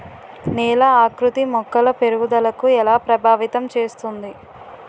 నేల ఆకృతి మొక్కల పెరుగుదలను ఎలా ప్రభావితం చేస్తుంది?